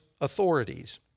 authorities